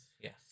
Yes